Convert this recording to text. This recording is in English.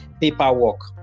paperwork